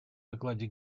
докладе